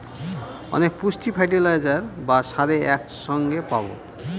অনেক পুষ্টি ফার্টিলাইজার বা সারে এক সঙ্গে পাবো